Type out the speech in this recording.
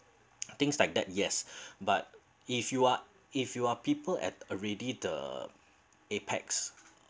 things like that yes but if you are if you are people at already the apex